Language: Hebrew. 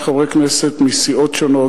שחברי כנסת מסיעות שונות,